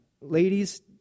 ladies